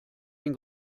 den